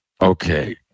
Okay